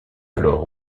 alors